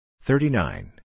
thirty-nine